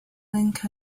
link